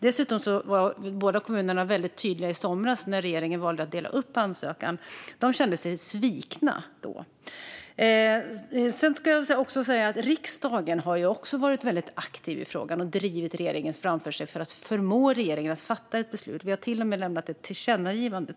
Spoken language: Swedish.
Dessutom var båda kommunerna mycket tydliga i somras när regeringen valde att dela upp ansökan. De kände sig svikna. Riksdagen har varit väldigt aktiv och drivit regeringen framför sig för att förmå regeringen att fatta ett beslut. Vi har tidigare till och med lämnat ett tillkännagivande.